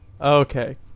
Okay